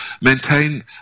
maintain